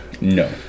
no